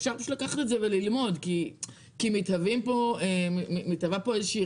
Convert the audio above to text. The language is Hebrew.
אפשר לקחת את זה וללמוד כי מתהווה פה איזה שהיא